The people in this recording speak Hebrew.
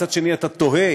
מצד שני אתה תוהה,